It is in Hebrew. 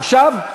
עכשיו?